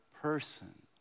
person